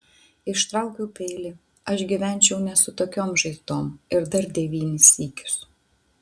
ištraukiau peilį aš gyvenčiau ne su tokiom žaizdom ir dar devynis sykius